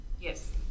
Yes